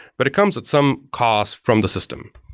but it comes at some cost from the system.